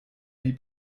wie